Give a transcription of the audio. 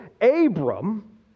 Abram